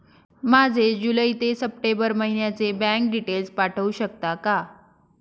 माझे जुलै ते सप्टेंबर महिन्याचे बँक डिटेल्स पाठवू शकता का?